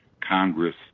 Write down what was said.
Congress